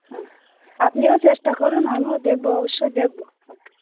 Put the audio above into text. হ্যাঁ আপনিও চেষ্টা করুন আমিও দেখব অবশ্যই দেখব আচ্ছা